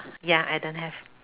ya I don't have